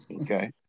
Okay